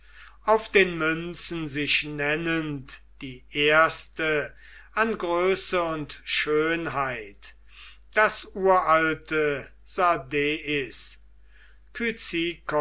auf den münzen sich nennend die erste an größe und schönheit das uralte